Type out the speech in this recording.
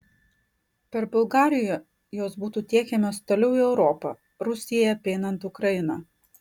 per bulgariją jos būtų tiekiamos toliau į europą rusijai apeinant ukrainą